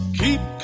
keep